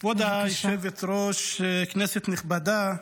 היושבת-ראש, כנסת נכבדה,